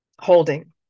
holding